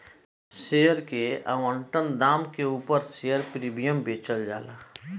share के आवंटन दाम के उपर शेयर प्रीमियम बेचाला